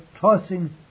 tossing